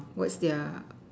what's their